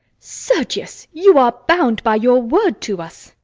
sergius you are bound by your word to us!